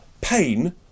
pain